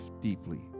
deeply